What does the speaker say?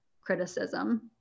criticism